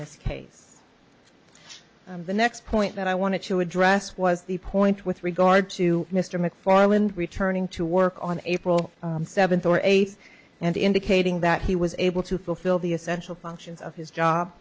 this case the next point that i wanted to address was the point with regard to mr mcfarland returning to work on april seventh or eighth and indicating that he was able to fulfill the essential functions of his job